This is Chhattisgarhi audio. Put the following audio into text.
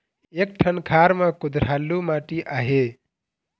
एक ठन खार म कुधरालू माटी आहे?